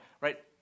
right